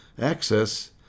access